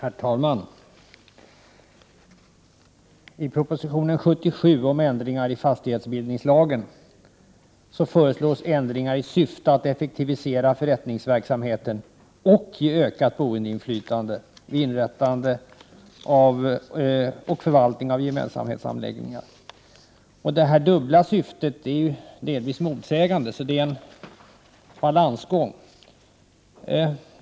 Herr talman! I proposition 1988/89:77 som handlar om ändringar i fastighetsbildningslagen föreslås ändringar i syfte att effektivisera förrättningsverksamheten och ge ökat boendeinflytande vid inrättande och förvaltning av gemensamhetsanläggningar. Detta dubbla syfte är delvis motsägande, och därför krävs det här en balansgång.